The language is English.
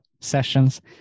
sessions